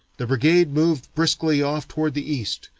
the brigade moved briskly off toward the east,